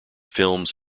films